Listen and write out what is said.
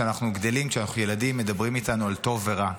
כשאנחנו ילדים מדברים איתנו על טוב ורע.